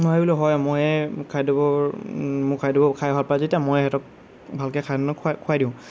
মই বোলো হয় ময়েই খাদ্যবোৰ মোৰ খাদ্যবোৰ খাই ভাল পায় যেতিয়া ময়েই সিহঁতক ভালকে খানা খুৱা খুৱাই দিওঁ